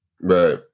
Right